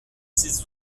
ses